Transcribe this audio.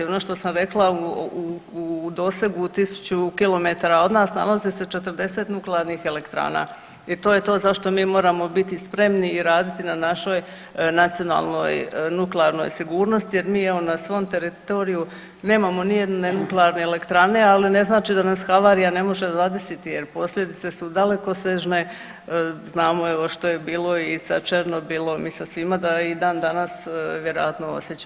Ono što sam rekla u dosegu od 1000 km od nas nalaze se 40 nuklearnih elektrana i to je to zašto mi moramo biti spremni i raditi na našoj nacionalnoj nuklearnoj sigurnosti jer mi evo na svom teritoriju nemamo nijedne nuklearne elektrane, ali ne znači da nas havarija ne može zadesiti jer posljedice su dalekosežne, znamo evo što je bilo i sa Černobilom i sa svima da i dan danas vjerojatno osjećamo posljedice.